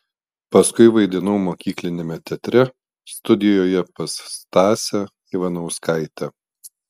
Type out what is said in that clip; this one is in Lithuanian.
paskui vaidinau mokykliniame teatre studijoje pas stasę ivanauskaitę